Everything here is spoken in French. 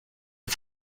est